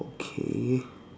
okay